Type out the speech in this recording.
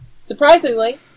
Surprisingly